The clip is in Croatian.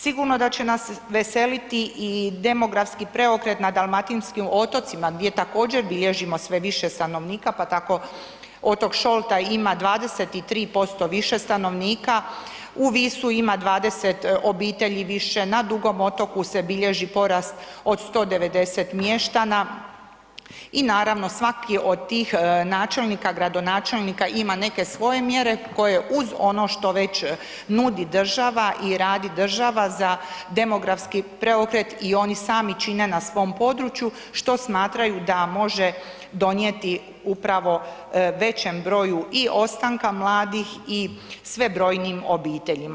Sigurno da će nas veseliti i demografski preokret na dalmatinskim otocima gdje također bilježimo sve više stanovnika, pa tako otok Šolta ima 23% više stanovnika, u Visu ima 20 obitelji više, na Dugom otoku se bilježi porast od 190 mještana i naravno svaki od tih načelnika, gradonačelnika ima neke svoje mjere koje uz ono što već nudi država i radi država za demografski preokret i oni sami čine na svom području, što smatraju da može donijeti upravo većem broju i ostanka mladih i sve brojnijim obiteljima.